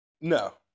No